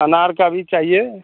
अनार का भी चाहिए